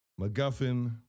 MacGuffin